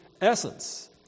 essence